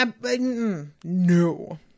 no